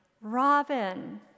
Robin